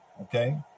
Okay